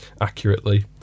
accurately